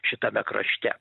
šitame krašte